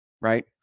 right